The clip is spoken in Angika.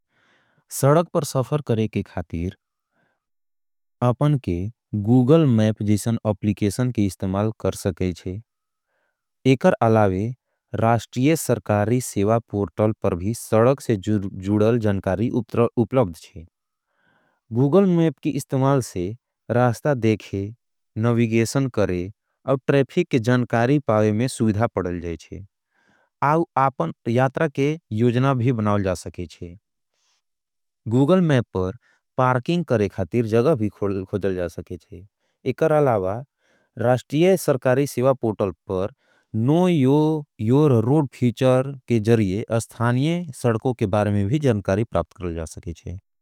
सडग पर सफर करें के खातीर, आपन के जैसन अपलिकेशन के इस्तेमाल कर सकें जैसन है। एकर अलावे, राश्टिय सरकारी सेवा पोर्टल पर भी सडग से जुड़ल जनकारी उपलब्द है। गूगल मेप की इस्तेमाल से रास्ता देखे, नविगेशन करे और ट्रेफिक के जनकारी पावे में सुभिधा पड़ल जैचे। आपन यात्रा के योजना भी बनावल जा सकें जैसन है। गूगल मेप पर पारकिंग करें का जगा भी खोजल जा सकें जैसन है। एकर आलावा राश्तिय सरकारी सिवा पोटल पर know yo your road feature के जरिए अस्थानिय सडकों के बारे में भी जनकारी प्राप्त करल जा सकें।